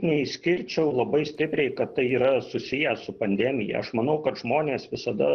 neišskirčiau labai stipriai kad tai yra susiję su pandemija aš manau kad žmonės visada